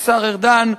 השר ארדן,